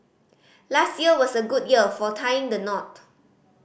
last year was a good year for tying the knot